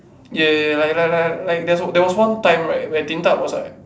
ya ya ya like like like like there was one time right where Din-Tat was like